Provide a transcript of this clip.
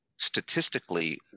Statistically